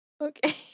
Okay